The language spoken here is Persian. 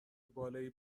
بالایی